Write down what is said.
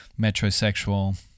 Metrosexual